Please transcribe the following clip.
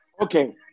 Okay